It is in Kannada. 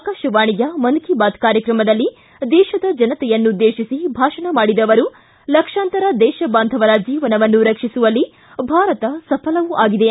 ಆಕಾಶವಾಣಿಯ ಮನ್ ಕಿ ಬಾತ್ ಕಾರ್ಯಕ್ರಮದಲ್ಲಿ ದೇಶದ ಜನತೆಯನ್ನುದ್ದೇಶಿಸಿ ಭಾಷಣ ಮಾಡಿದ ಅವರು ಲಕ್ಷಾಂತರ ದೇಶಬಾಂಧವರ ಜೀವನವನ್ನು ರಕ್ಷಿಸುವಲ್ಲಿ ಭಾರತ ಸಫಲವೂ ಆಗಿದೆ